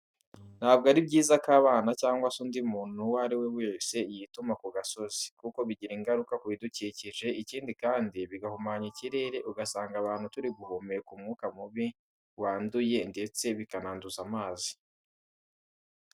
Ntabwo ari byiza ko abana cyangwa se undi muntu uwo ari we wese yituma ku gasozi, kuko bigira ingaruka ku bidukikije. Ikindi kandi, bihumanya ikirere ugasanga abantu turi guhumeka umwuka mubi wanduye ndetse bikananduza amazi.